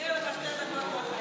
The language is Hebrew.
תודה, גברתי היושבת בראש.